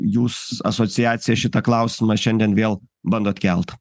jūs asociacija šitą klausimą šiandien vėl bandot kelt